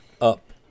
up